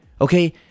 Okay